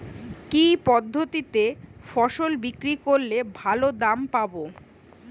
কি পদ্ধতিতে ফসল বিক্রি করলে ভালো দাম পাব?